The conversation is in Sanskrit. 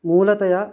मूलतया